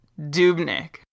Dubnik